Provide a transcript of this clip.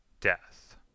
death